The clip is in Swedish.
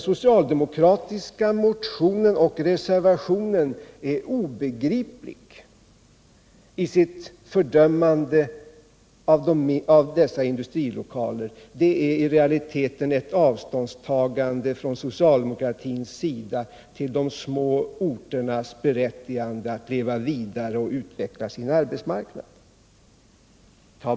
Socialdemokraternas motion och reservation är obegripliga i sitt fördömande av dessa industrilokaler. Det är i realiteten ett socialdemokratiskt avståndstagande från de små orternas berättigande att leva vidare och utveckla sin arbetsmarknad.